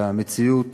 והמציאות